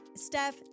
Steph